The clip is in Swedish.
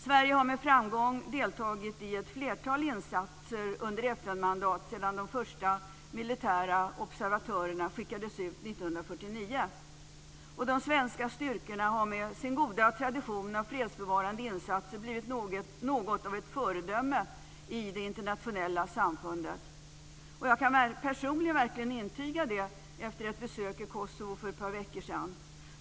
Sverige har med framgång deltagit i ett flertal insatser under FN-mandat sedan de första militära observatörerna skickades ut 1949. De svenska styrkorna har med sin goda tradition av fredsbevarande insatser blivit något av ett föredöme i det internationella samfundet. Jag kan personligen verkligen intyga det efter ett besök i Kosovo för ett par veckor sedan.